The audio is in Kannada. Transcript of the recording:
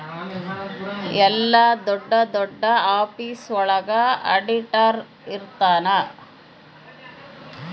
ಎಲ್ಲ ದೊಡ್ಡ ದೊಡ್ಡ ಆಫೀಸ್ ಒಳಗ ಆಡಿಟರ್ ಇರ್ತನ